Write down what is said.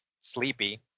sleepy